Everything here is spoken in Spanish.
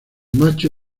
macho